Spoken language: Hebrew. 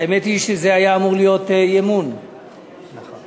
תביע אי-אמון בממשלה הרעה הזאת.